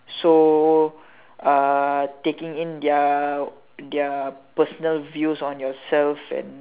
so uh taking in their their personal views on yourself and